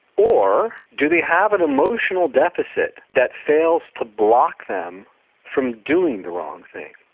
or do they have an emotional deficit that fails to block them from doing the wrong thing?